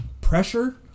pressure